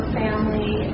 family